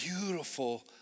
beautiful